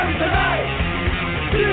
tonight